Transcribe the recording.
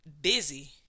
busy